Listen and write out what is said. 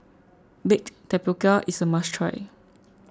Baked Tapioca is a must try